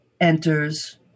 enters